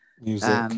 music